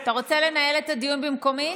אתה רוצה לנהל את הדיון במקומי?